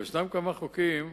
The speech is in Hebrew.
ישנם כמה חוקים,